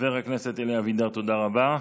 חבר הכנסת אלי אבידר, תודה רבה.